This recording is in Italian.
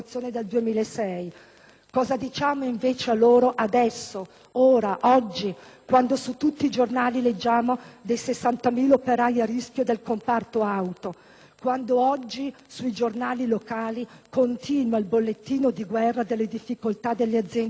Cosa diciamo invece a loro adesso, ora, quando su tutti i giornali leggiamo dei 60.000 operai a rischio nel comparto auto, quando sui giornali locali continua il bollettino di guerra delle difficoltà delle aziende nei nostri territori?